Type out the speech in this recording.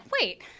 wait